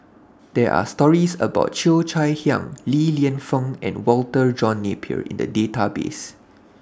There Are stories about Cheo Chai Hiang Li Lienfung and Walter John Napier in The Database